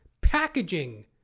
Packaging